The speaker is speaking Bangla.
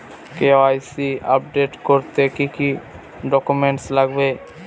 কে.ওয়াই.সি আপডেট করতে কি কি ডকুমেন্টস লাগবে?